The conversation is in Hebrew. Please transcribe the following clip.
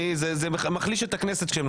זה מחליש את הכנסת כשהם לא באים.